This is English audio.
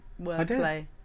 wordplay